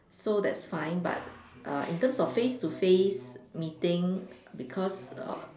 so that's fine but uh in terms of face to face meeting because err